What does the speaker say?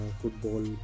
football